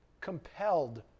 compelled